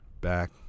Back